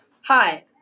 Hi